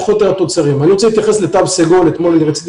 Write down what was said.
אני רוצה להתייחס לתו סגול - אתמול רציתי